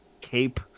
cape